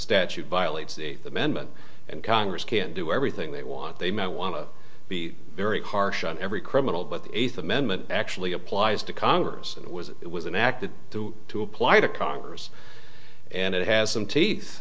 statute violates the eighth amendment and congress can't do everything they want they might want to be very harsh on every criminal but the eighth amendment actually applies to congress and it was it was an act of two to apply to congress and it has some teeth